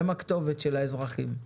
הם הכתובת של האזרחים.